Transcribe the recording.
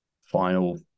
final